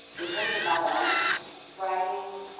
in terms of my own writing